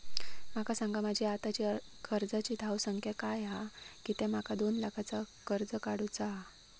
माका सांगा माझी आत्ताची कर्जाची धावसंख्या काय हा कित्या माका दोन लाखाचा कर्ज काढू चा हा?